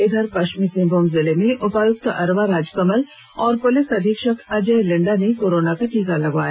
इधर पश्चिमी सिंहभूम जिले में उपायुक्त अरवा राजकमल और पुलिस अधीक्षक अजय लिंडा ने कोरोना का टीका लिया